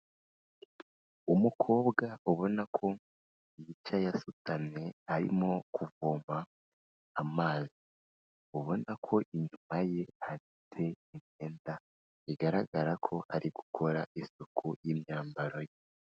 Umukobwa ubona ko yicaye asutamye arimo kuvoma amazi, ubona ko inyuma ye ahafite imyenda, bigaragara ko ari gukora isuku y'imyambaro ye.